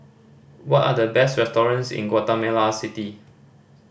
what are the best restaurants in Guatemala City